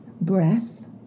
breath